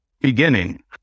beginning